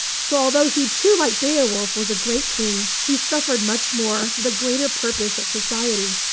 so, although he, too, like beowulf, was a great king, he suffered much more for the greater purpose of society,